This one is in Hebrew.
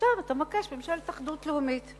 עכשיו אתה מבקש ממשלת אחדות לאומית.